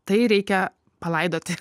tai reikia palaidoti